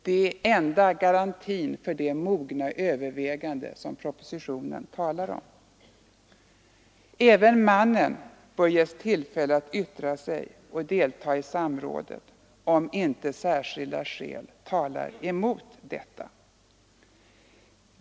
Det är enda garantin för det mogna övervägande som propositionen talar om. Även mannen bör ges tillfälle att yttra sig och delta i samrådet, om inte särskilda skäl talar emot detta.